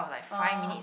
oh